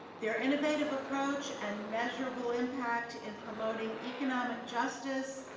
their innovative approach and measurable impact-in promoting economic justice,